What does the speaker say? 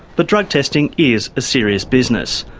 but drug testing is a serious business.